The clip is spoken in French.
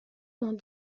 dans